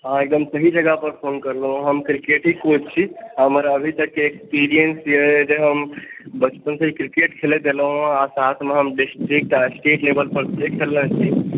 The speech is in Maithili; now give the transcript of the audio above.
हँ एकदम सही जगह पर फोन करलहुँ हँ हम क्रिकेटक कोच छी हमर अभी तकके एक्सपीरियंस यऽ जे हम बचपनसँ क्रिकेट खेलैत एलहुं हँ आ साथमे हम डिस्ट्रिक्ट आ स्टेट लेबल पर से खेलने छी